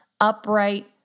upright